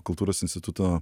kultūros instituto